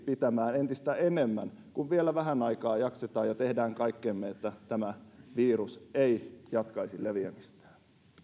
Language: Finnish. pitämään entistä enemmän kun vielä vähän aikaa jaksetaan ja tehdään kaikkemme että tämä virus ei jatkaisi leviämistään